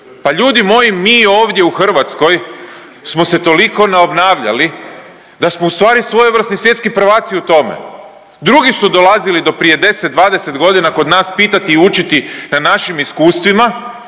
pa ljudi mi ovdje u Hrvatskoj smo se toliko na obnavljali da smo ustvari svojevrsni svjetski prvaci u tome. Drugi su dolazili do prije 10, 20 godina kod nas pitati i učiti na našim iskustvima,